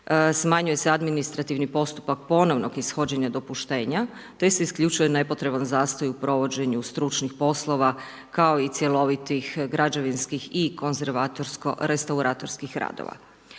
smanjuje se administrativni postupak ponovnog ishođenja dopuštenja, te se isključuje nepotreban zastoj u provođenju stručnih poslova, kao i cjelovitih, građevinskih i konzervatorsko restauratorskih radova.